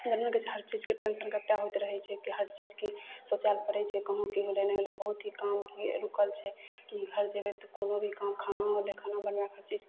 जानबे करै छियै हर चीजके टेंशन कतेक होइत रहै छै कि हर चीजके सोचै लए पड़ै छै कहुँ कि होलै नहि होलै बहुते काम रुकल छै कि घर जेबै तऽ कोनो भी काम खाना अभी खाना बनबैके होइ छै